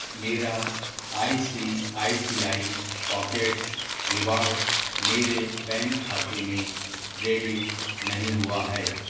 मेरा ICICI pockets reward मेरे bank खाते में क्रेडिट नहीं हुआ है